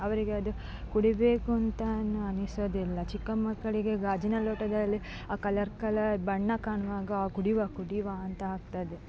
ಅವರಿಗೆ ಅದು ಕುಡಿಬೇಕು ಅಂತಲು ಅನಿಸುವುದಿಲ್ಲ ಚಿಕ್ಕ ಮಕ್ಕಳಿಗೆ ಗಾಜಿನ ಲೋಟದಲ್ಲಿ ಆ ಕಲರ್ ಕಲರ್ ಬಣ್ಣ ಕಾಣುವಾಗ ಕುಡಿಯುವ ಕುಡಿಯುವ ಅಂತ ಆಗ್ತದೆ